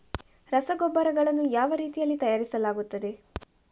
ರಸಗೊಬ್ಬರಗಳನ್ನು ಯಾವ ರೀತಿಯಲ್ಲಿ ತಯಾರಿಸಲಾಗುತ್ತದೆ?